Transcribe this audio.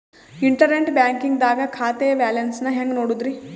Internet banking ದಾಗ ಖಾತೆಯ balance ನ ಹೆಂಗ್ ನೋಡುದ್ರಿ?